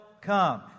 come